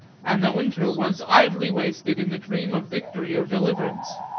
and the winter was idly wasted in the dream of victory or deliverance.